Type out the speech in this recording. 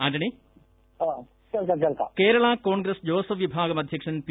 ആന്റണി കേരള കോൺഗ്രസ് ജോസഫ് വിഭാഗം അധ്യക്ഷൻ പി